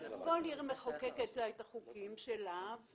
מחוקקת לה את החוקים שלה.